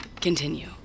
Continue